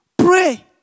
Pray